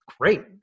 Great